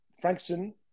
Frankston